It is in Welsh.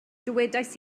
dywedais